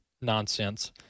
nonsense